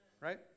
Right